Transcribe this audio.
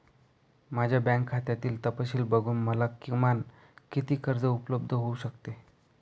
माझ्या बँक खात्यातील तपशील बघून मला किमान किती कर्ज उपलब्ध होऊ शकते?